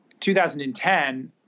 2010